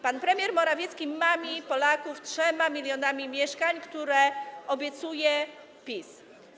Pan premier Morawiecki mami Polaków 3 mln mieszkań, które obiecuje PiS.